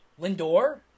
Lindor